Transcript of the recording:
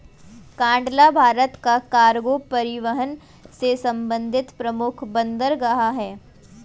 कांडला भारत का कार्गो परिवहन से संबंधित प्रमुख बंदरगाह है